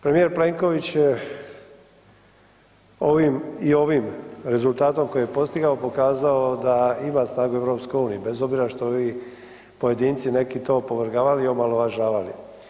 Premijer Plenković je ovim i ovim rezultatom koji je postigao pokazao da ima snagu u EU bez obzira što ovi pojedinci neki to opovrgavali i omalovažavali.